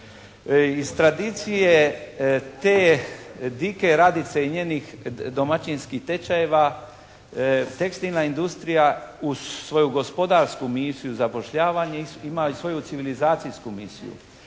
Iz tradicije te dike "Radice" i njenih domaćinskih tečajeva, tekstilna industrija uz svoju gospodarsku misiju zapošljavanja ima i svoju civilizacijsku misiju.